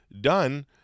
done